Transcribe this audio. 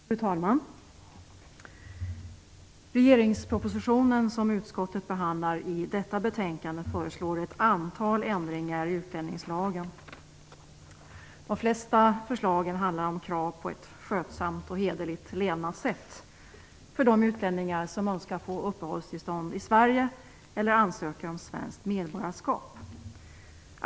Fru talman! I regeringspropositionen som utskottet behandlar i detta betänkande föreslås ett antal ändringar i utlänningslagen. De flesta förslagen handlar om krav på ett skötsamt och hederligt levnadssätt för de utlänningar som önskar få uppehållstillstånd i Sverige eller ansöker om svenskt medborgarskap.